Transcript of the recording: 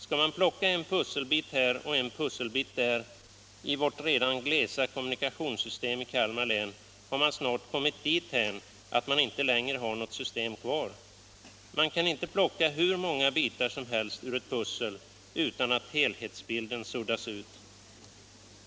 Skall man plocka en pusselbit här och en pusselbit där i vårt redan glesa kommunikationssystem i Kalmar län har man snart kommit dithän att man inte längre har något system kvar. Man kan inte plocka hur många bitar som helst ur ett pussel utan att helhetsbilden suddas ut.